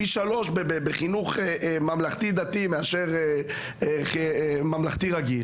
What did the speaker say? פי 3 בחינוך ממלכתי דתי מאשר ממלכתי רגיל